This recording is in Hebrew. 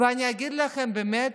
ואני אגיד לכם, באמת,